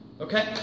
Okay